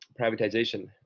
privatization